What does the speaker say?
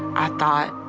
i thought,